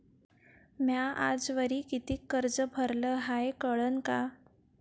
म्या आजवरी कितीक कर्ज भरलं हाय कळन का?